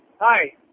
Hi